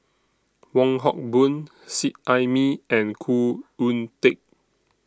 Wong Hock Boon Seet Ai Mee and Khoo Oon Teik